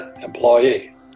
employee